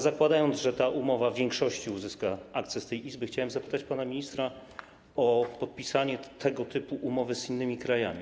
Zakładając, że ta umowa w większości uzyska akceptację tej Izby, chciałbym zapytać pana ministra o podpisanie tego typu umowy z innymi krajami.